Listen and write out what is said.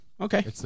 Okay